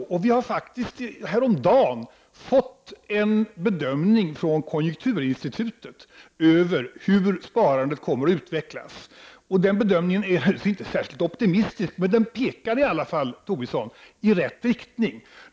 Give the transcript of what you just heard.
Häromdagen fick vi faktiskt ta del av en bedömning från konjunkturinstitutet av hur sparandet kommer att utvecklas. Den bedömningen är inte särskilt optimistisk. Men den pekar i alla fall, Lars Tobisson, i rätt riktning.